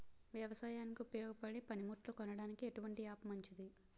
వ్యవసాయానికి ఉపయోగపడే పనిముట్లు కొనడానికి ఎటువంటి యాప్ మంచిది?